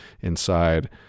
inside